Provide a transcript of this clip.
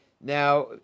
Now